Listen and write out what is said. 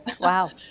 Wow